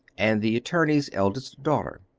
and the attorney's eldest daughter.